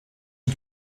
une